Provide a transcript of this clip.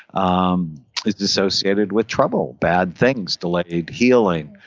um it's associated with trouble, bad things, delayed healing,